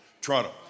Toronto